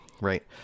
Right